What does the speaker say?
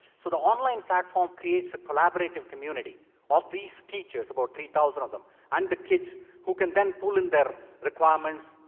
so the online platform creates a collaborative community of these teachers, about three thousand of them, and the kids, who can then pull in their requirements.